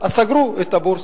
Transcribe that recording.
אז סגרו את הבורסה.